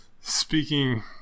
speaking